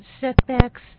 setbacks